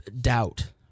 doubt